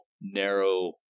narrow